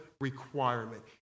requirement